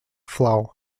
flow